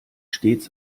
stets